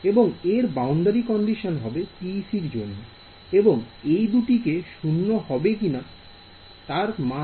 এবং এর boundary condition হবে PEC র জন্য এবং এই দুটি কি শূন্য হবে না অন্য কোন মান